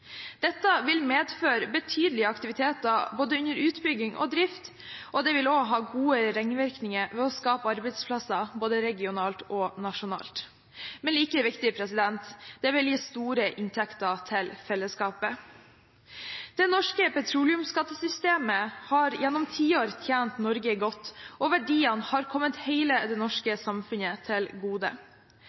Dette vil medføre betydelige aktiviteter under både utbygging og drift, og det vil også ha gode ringvirkninger ved å skape arbeidsplasser både regionalt og nasjonalt. Men like viktig: Det vil gi store inntekter til fellesskapet. Det norske petroleumsskattesystemet har gjennom tiår tjent Norge godt, og verdiene har kommet hele det norske samfunnet til gode,